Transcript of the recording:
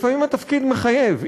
לפעמים התפקיד מחייב,